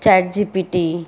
chat G P T